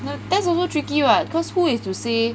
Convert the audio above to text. then that's also tricky [what] because who is to say